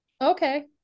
okay